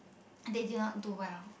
they did not do well